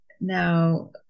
now